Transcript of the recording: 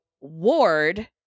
ward